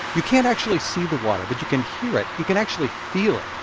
you can't actually see can hear it. you can actually feel